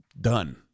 done